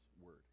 word